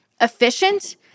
efficient